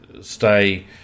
stay